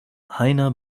heiner